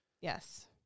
Yes